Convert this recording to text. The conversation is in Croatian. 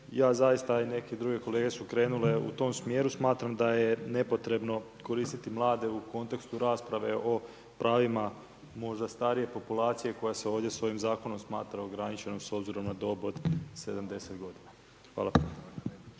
ja zaista i neke druge kolege su krenule u tom smjeru, smatram da je nepotrebno koristiti mlade u kontekstu rasprave o pravima možda starije populacije koja se ovdje, s ovim zakonom smatra ograničeno, s obzirom na dob od 70 g. Hvala.